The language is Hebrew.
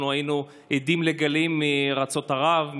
אנחנו היינו עדים לגלים מארצות ערב,